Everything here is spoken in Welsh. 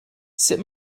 sut